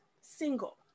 single